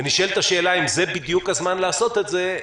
ונשאלת השאלה אם זה בדיוק הזמן לעשות את זה,